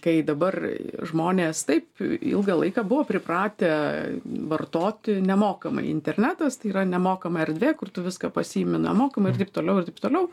kai dabar žmonės taip ilgą laiką buvo pripratę vartoti nemokamai internetas tai yra nemokama erdvė kur tu viską pasiimi nemokamai ir taip toliau ir taip toliau